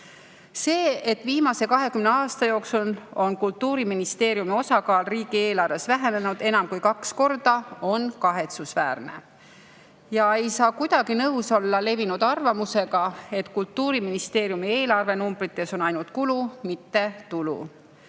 See, et viimase 20 aasta jooksul on Kultuuriministeeriumi osakaal riigieelarves enam kui kaks korda vähenenud, on kahetsusväärne. Ei saa kuidagi nõus olla levinud arvamusega, et Kultuuriministeeriumi eelarvenumbrites on ainult kulu, mitte tulu.